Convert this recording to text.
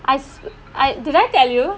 I I did I tell you